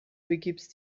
begibst